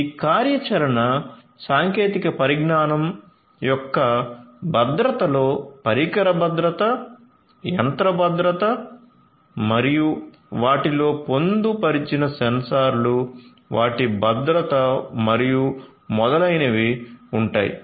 ఈ కార్యాచరణ సాంకేతిక పరిజ్ఞానం యొక్క భద్రతలో పరికర భద్రత యంత్ర భద్రత మరియు వాటిలో పొందుపరిచిన సెన్సార్లు వాటి భద్రత మరియు మొదలైనవి ఉంటాయి